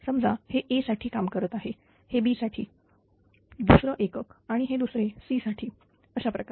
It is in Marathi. समजा हे A साठी काम करत आहेत हे B साठी दुसर एकक हे दुसरे C साठी अशाप्रकारे